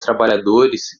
trabalhadores